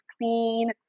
clean